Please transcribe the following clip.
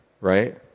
right